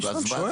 אני סתם שואל.